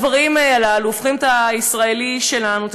הדברים הללו הופכים את הישראלי שלנו,